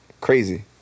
Crazy